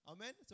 Amen